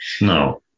no